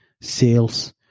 sales